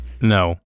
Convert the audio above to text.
No